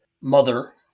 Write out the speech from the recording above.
mother